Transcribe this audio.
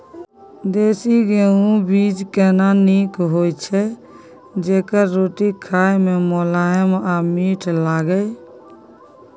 देसी गेहूँ बीज केना नीक होय छै जेकर रोटी खाय मे मुलायम आ मीठ लागय?